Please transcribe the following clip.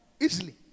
Easily